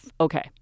Okay